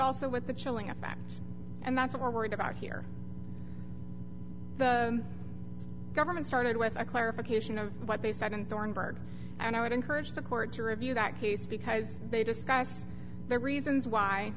also with the chilling effect and that's what we're worried about here the government started with a clarification of what they said and thornburgh and i would encourage the court to review that case because they discuss the reasons why